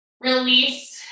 Release